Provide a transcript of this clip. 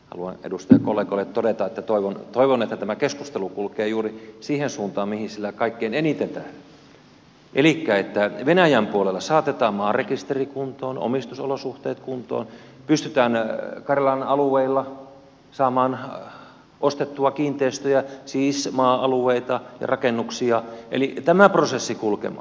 haluan edustajakollegoille todeta että toivon että tämä keskustelu kulkee juuri siihen suuntaan mihin tällä kaikkein eniten tähdätään elikkä siihen että venäjän puolella saatetaan maan rekisteri kuntoon omistusolosuhteet kuntoon pystytään karjalan alueilla saamaan ostettua kiinteistöjä siis maa alueita ja rakennuksia eli saadaan tämä prosessi kulkemaan